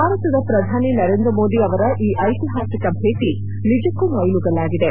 ಭಾರತದ ಶ್ರಧಾನಿ ನರೇಂದ್ರ ಮೋದಿ ಅವರ ಈ ಐತಿಹಾಸಿಕ ಭೇಟಿ ನಿಜಕ್ಕೂ ಮೈಲುಗಲ್ಲಾಗಿವೆ